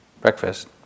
breakfast